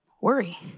worry